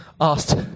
asked